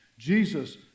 Jesus